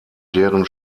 deren